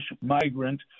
migrant